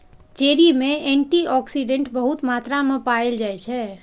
cherry मे antioxidant बहुत मात्रा मे पाएल जाइ छै